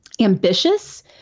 ambitious